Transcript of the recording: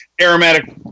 aromatic